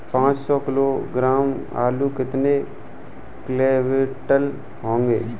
पाँच सौ किलोग्राम आलू कितने क्विंटल होगा?